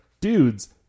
dudes